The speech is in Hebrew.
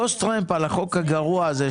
תתפוס טרמפ על החוק הגרוע הזה,